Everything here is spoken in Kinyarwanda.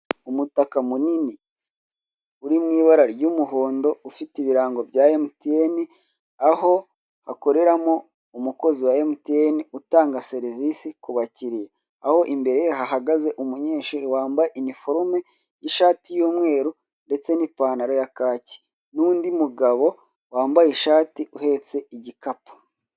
Umutaka minini uri mu ibara ry'umuhondo ufite ibirango bya MTN aho hakoreramo umukozi wa MTN utanga serivise kuba kiriya aho imbere hahagaze umunyeshuri wamabye iniforume y'ishati y'umweru n'ipantaro ya kacyi n'undi mugabo wambaye ishati uhetse igikapu.